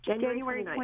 January